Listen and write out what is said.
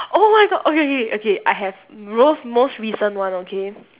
oh my god okay okay okay I have rost~ most recent one okay